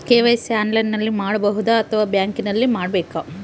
KYC ಆನ್ಲೈನಲ್ಲಿ ಮಾಡಬಹುದಾ ಅಥವಾ ಬ್ಯಾಂಕಿನಲ್ಲಿ ಮಾಡ್ಬೇಕಾ?